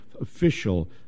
official